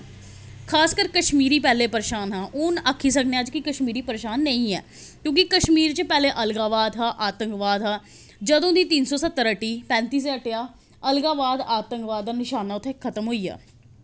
खासकर कश्मीरी पैह्लें परेशान हा हून आखी सकने आं अज्ज कि कश्मीरी परेशान नेईं ऐ क्योंकि कश्मीर च पैह्लें अलगावाद हा आंतकवाद हा जदूं दी तिन सौ सत्तर हटी ही पैंती ए हटेआ अलगावाद आंतकवाद दा नशाना उ'त्थें खत्म होइया